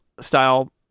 style